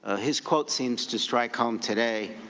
ah his quote seems to strike home today.